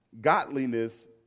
godliness